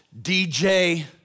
DJ